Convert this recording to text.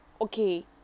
Okay